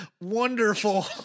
wonderful